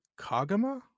kagama